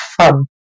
fun